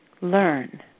learn